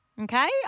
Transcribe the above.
Okay